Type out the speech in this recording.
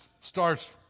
starts